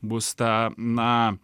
bus ta na